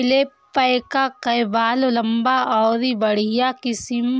alpaca कअ बाल लंबा अउरी बढ़िया किसिम